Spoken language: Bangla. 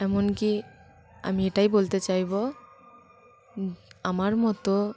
এমনকি আমি এটাই বলতে চাইব আমার মতো